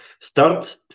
Start